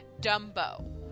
Dumbo